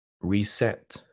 reset